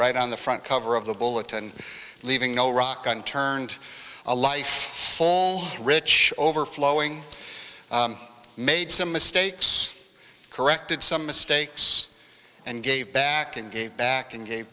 right on the front cover of the bulletin leaving no rock unturned a life fall rich overflowing made some mistakes corrected some mistakes and gave back and gave back and gave